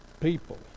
people